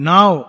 Now